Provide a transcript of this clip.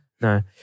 No